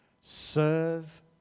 Serve